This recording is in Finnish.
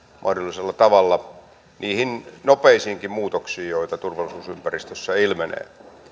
mahdollisella tavalla niihin nopeisiinkin muutoksiin joita turvallisuusympäristössä ilmenee